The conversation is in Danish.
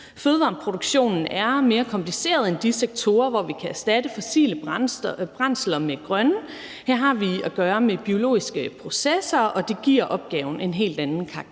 Fødevareproduktionen er mere kompliceret end de sektorer, hvor vi kan erstatte fossile brændsler med grønne. Her har vi at gøre med biologiske processer, og det giver opgaven en helt anden karakter.